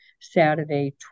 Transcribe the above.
Saturday